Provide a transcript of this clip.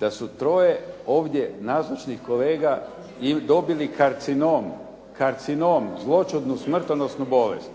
da su troje ovdje nazočnih kolega dobili karcinom, karcinom, zloćudnu smrtonosnu bolest.